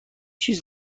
چیزی